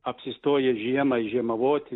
apsistoja žiemą žiemavoti